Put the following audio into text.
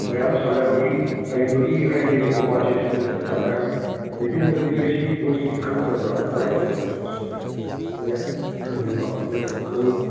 ꯃꯌꯥꯝ ꯁꯥꯟꯅꯕꯒꯤ ꯍꯩꯕꯒꯤ ꯍꯩꯌꯦꯕꯀꯣ ꯃꯥꯁꯦ ꯏꯁꯀꯨꯜꯗꯁꯨ ꯑꯗꯨꯝ ꯁꯥꯟꯅꯍꯜꯂꯤ ꯑꯗꯨꯗꯩ ꯌꯨꯝꯗꯗꯤ ꯅꯣꯏ ꯁꯤꯒꯤ ꯄꯣꯠꯁꯤꯡꯁꯤ ꯈꯪꯗꯕ꯭ꯔꯥ ꯀꯃꯥꯏꯅ ꯇꯧꯕꯅꯣ ꯑꯗꯨꯒꯤꯁꯨ ꯍꯥꯏꯐꯦꯠ ꯑꯩꯅ ꯍꯪꯅꯤꯡꯕ ꯅꯣꯏꯗ ꯈꯪꯅꯤꯡꯕ